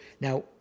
Now